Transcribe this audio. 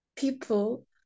people